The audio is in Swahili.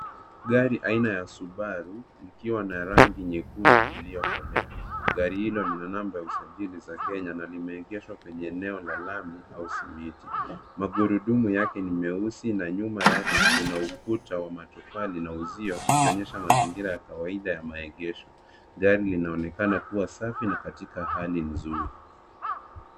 Gari aina ya Subaru ikiwa na rangi nyekundu iliyokolea. Gari hilo lina namba za usajili za Kenya na limeegeshwa kwenye eneo la lami au simiti. Magurudumu yake ni meusi na nyuma kuna ukuta wa matofali na uzio, ikionyesha mazingira ya kawaida ya maegesho. Gari linaonekana kuwa safi na katika hali nzuri.